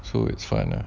so it's fine lah